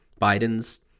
Biden's